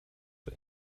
for